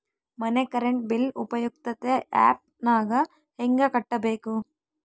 ಮನೆ current bill ಉಪಯುಕ್ತತೆ app ನಾಗ ಹೆಂಗ ಕಟ್ಟಬೇಕು?